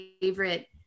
favorite